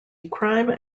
crime